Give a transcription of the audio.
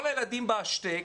כל הילדים ב"השתק".